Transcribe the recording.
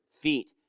feet